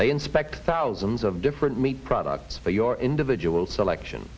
they inspect thousands of different meat products for your individual selection